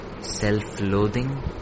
self-loathing